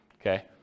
Okay